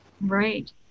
Right